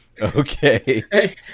Okay